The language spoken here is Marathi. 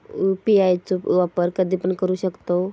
यू.पी.आय चो वापर कधीपण करू शकतव?